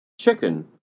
chicken